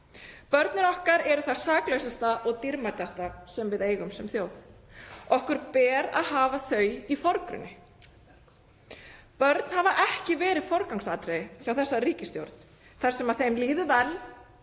Börnin okkar eru það saklausasta og dýrmætasta sem við eigum sem þjóð. Okkur ber að hafa þau í forgrunni. Börn hafa ekki verið forgangsatriði hjá þessari ríkisstjórn þar sem þeim líður